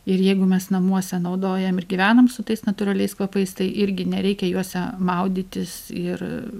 ir jeigu mes namuose naudojam ir gyvenam su tais natūraliais kvapais tai irgi nereikia juose maudytis ir